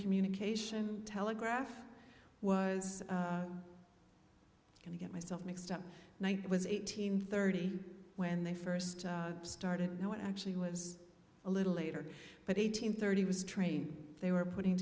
communication telegraph was going to get myself mixed up and i was eighteen thirty when they first started what actually was a little later but eighteen thirty was train they were putting